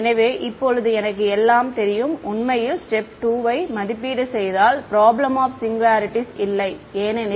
எனவே இப்போது எனக்கு எல்லாம் தெரியும் உண்மையில் ஸ்டேப் 2 ஐ மதிப்பீடு செய்தால் ப்ரொப்லெம் ஆப் சிங்குலாரிட்டிஸ் இல்லை ஏனெனில்